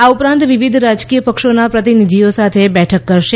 આ ઉપરાંત વિવિધ રાજકીય પક્ષોના પ્રતિનિધિઓ સાથે બેઠક કરશે